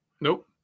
Nope